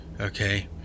Okay